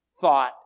thought